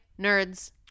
nerds